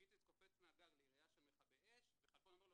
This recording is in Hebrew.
קיציס קופץ מהגג ליריעה של מכבי אש וחלפון אומר לו,